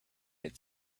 had